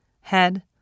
head